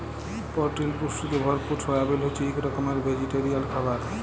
পরটিল পুষ্টিতে ভরপুর সয়াবিল হছে ইক রকমের ভেজিটেরিয়াল খাবার